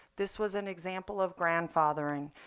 this was an example of grandfathering.